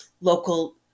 local